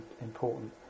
important